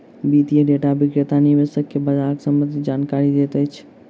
वित्तीय डेटा विक्रेता निवेशक के बजारक सम्भंधित जानकारी दैत अछि